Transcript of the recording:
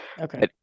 Okay